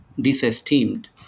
disesteemed